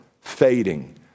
fading